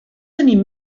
tenim